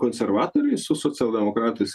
konservatoriai su socialdemokratais